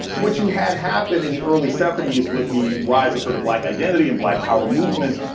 what you had happen in the early seventy s with the rise of sort of black identity and black power movement,